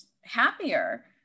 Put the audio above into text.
happier